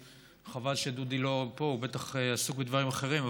חבל שדודי לא פה, הוא בטח עסוק בדברים אחרים,